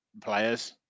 players